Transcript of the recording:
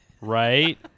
Right